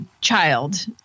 child